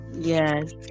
yes